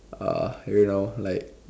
uh you know like